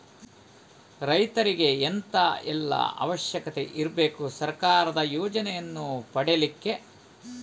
ರೈತರಿಗೆ ಎಂತ ಎಲ್ಲಾ ಅವಶ್ಯಕತೆ ಇರ್ಬೇಕು ಸರ್ಕಾರದ ಯೋಜನೆಯನ್ನು ಪಡೆಲಿಕ್ಕೆ?